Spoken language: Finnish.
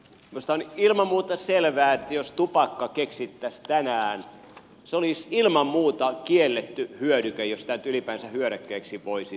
minusta on ilman muuta selvää että jos tupakka keksittäisiin tänään se olisi ilman muuta kielletty hyödyke jos sitä nyt ylipäänsä hyödykkeeksi voisi sanoa